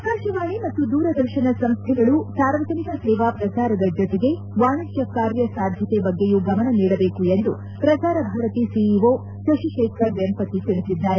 ಆಕಾಶವಾಣಿ ಮತ್ತು ದೂರದರ್ಶನ ಸಂಸ್ವೆಗಳು ಸಾರ್ವಜನಿಕ ಸೇವಾ ಪ್ರಸಾರದ ಜೊತೆಗೆ ವಾಣಿಜ್ಯ ಕಾರ್ಯಸಾಧ್ಯತೆ ಬಗ್ಗೆಯೂ ಗಮನ ನೀಡಬೇತು ಎಂದು ಪ್ರಸಾರ ಭಾರತಿ ಸಿಇಓ ಶುಶೇಖರ್ ವೆಂಪತಿ ತಿಳಿಸಿದ್ದಾರೆ